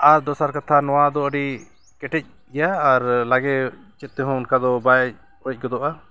ᱟᱨ ᱫᱚᱥᱟᱨ ᱠᱟᱛᱷᱟ ᱱᱚᱣᱟ ᱫᱚ ᱟᱹᱰᱤ ᱠᱮᱴᱮᱡ ᱜᱮᱭᱟ ᱟᱨ ᱞᱟᱜᱮ ᱪᱮᱫ ᱛᱮᱦᱚᱸ ᱚᱱᱠᱟ ᱫᱚ ᱵᱟᱭ ᱚᱡᱽ ᱜᱚᱫᱚᱜᱼᱟ